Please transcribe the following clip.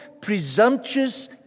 presumptuous